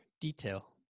detail